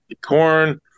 corn